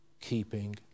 keeping